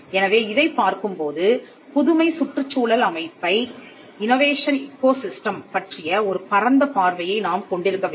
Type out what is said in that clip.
எனவே இதைப் பார்க்கும்போது புதுமை சுற்றுச் சூழல் அமைப்பைப் பற்றிய ஒரு பரந்த பார்வையை நாம் கொண்டிருக்கவேண்டும்